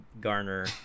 garner